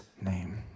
name